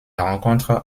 rencontres